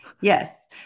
Yes